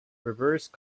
reverse